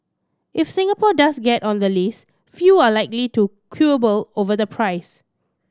if Singapore does get on the list few are likely to quibble over the price